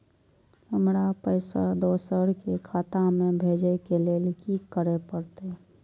हमरा पैसा दोसर के खाता में भेजे के लेल की करे परते?